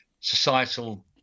societal